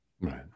Right